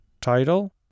title